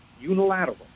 unilateral